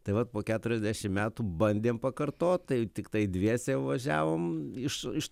tai vat po keturiasdešim metų bandėm pakartot tai tiktai dviese jau važiavom iš iš